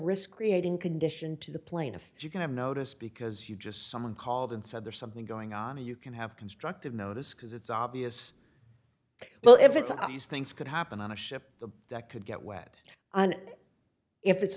risk creating condition to the plaintiff if you can have notice because you just someone called and said there's something going on and you can have constructive notice because it's obvious well if it's obvious things could happen on a ship the deck could get wet and if it's